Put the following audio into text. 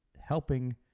helping